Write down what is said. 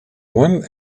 one